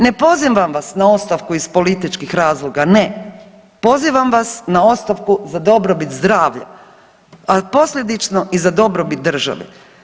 Ne pozivam vas na ostavku iz političkih razloga, ne, pozivam vas na ostavku za dobrobit zdravlja, a posljedično i za dobrobit države.